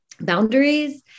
boundaries